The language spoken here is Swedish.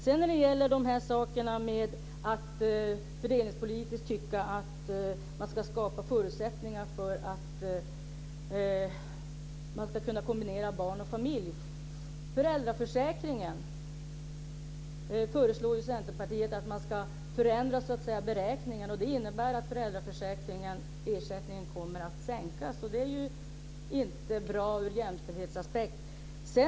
Vad sedan gäller att skapa fördelningspolitiska förutsättningar för att kunna klara barn och familj föreslår Centerpartiet att man ska förändra beräkningarna i föräldraförsäkringen. Det innebär att föräldraersättningen kommer att sänkas, och det är inte bra ur jämställdhetsaspekt.